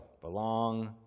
Belong